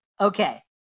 Okay